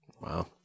Wow